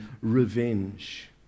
revenge